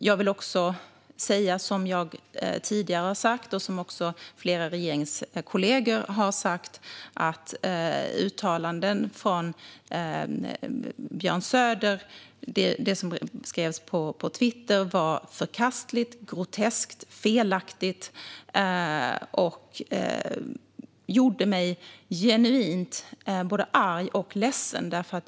Jag vill också säga, som jag tidigare har sagt och som också flera regeringskollegor har sagt, att uttalandena från Björn Söder på Twitter var förkastliga, groteska och felaktiga och gjorde mig genuint både arg och ledsen.